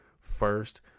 first